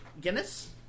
Guinness